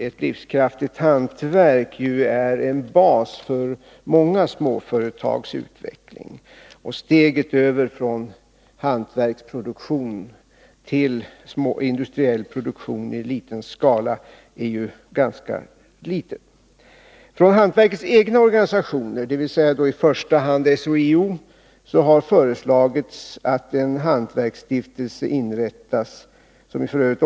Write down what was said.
Ett livskraftigt hantverk är ju en bas för många småföretags utveckling, och steget över från hantverksproduktion till industriell produktion i liten skala är ganska litet. Från hantverkets egna organisationer — i första hand SHIO — har det föreslagits att en hantverksstiftelse inrättas, vilken f.ö.